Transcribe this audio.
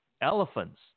elephants